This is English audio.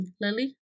Lily